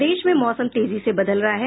प्रदेश में मौसम तेजी से बदल रहा है